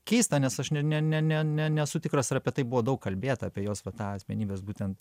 keista nes aš ne ne ne nesu tikras ar apie tai buvo daug kalbėta apie jos va tą asmenybės būtent